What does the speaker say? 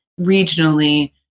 regionally